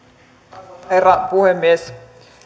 arvoisa herra puhemies